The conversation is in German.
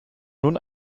nun